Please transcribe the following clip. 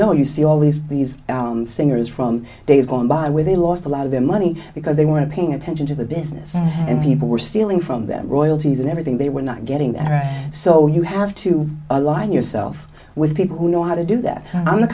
know you see all these these singers from days gone by where they lost a lot of their money because they want to paying attention to the business and people were stealing from them royalties and everything they were not getting that so you have to align yourself with people who know how to do that